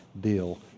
deal